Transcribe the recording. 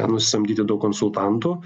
nusisamdyti daug konsultantų